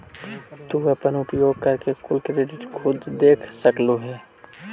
तू अपन उपयोग करल कुल क्रेडिट खुद देख सकलू हे